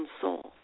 soul